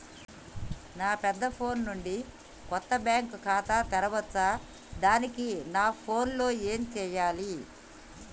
నా పెద్ద ఫోన్ నుండి కొత్త బ్యాంక్ ఖాతా తెరవచ్చా? దానికి నా ఫోన్ లో ఏం చేయాలి?